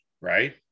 right